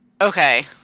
Okay